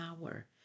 power